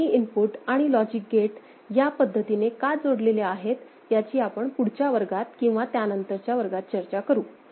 हे दोन्ही इनपुट आणि लॉजिक गेट या पद्धतीने का जोडलेले आहेत याची आपण पुढच्या वर्गात किंवा त्यानंतरच्या वर्गात चर्चा करू